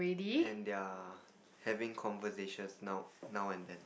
and they're having conversations now now and then